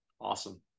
awesome